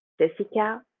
Jessica